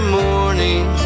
morning